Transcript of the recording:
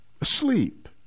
Asleep